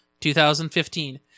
2015